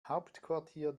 hauptquartier